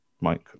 Mike